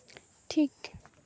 ᱴᱷᱤᱠ